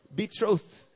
betrothed